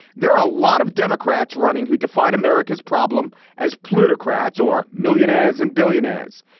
there are a lot of democrats running who define america's problem as plutocrats or millionaires and billionaires.